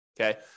Okay